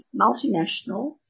multinational